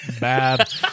Bad